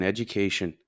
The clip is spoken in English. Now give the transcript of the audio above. Education